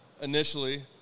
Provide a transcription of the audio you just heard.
initially